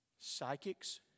Psychics